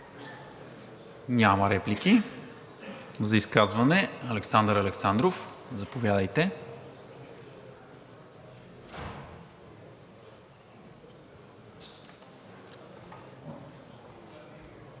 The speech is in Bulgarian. Няма. За изказване – Александър Александров, заповядайте.